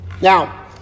Now